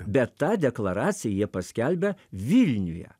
bet tą deklaraciją jie paskelbė vilniuje